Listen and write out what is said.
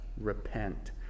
repent